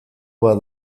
bat